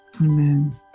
Amen